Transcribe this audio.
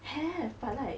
have but like